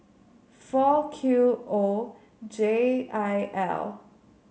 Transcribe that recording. four Q O J I L